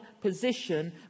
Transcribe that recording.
position